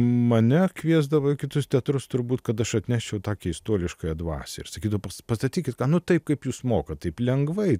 mane kviesdavo į kitus teatrus turbūt kad aš atneščiau tą keistuoliškąją dvasia ir sakydavo pastatykit taip kaip jūs mokat taip lengvai taip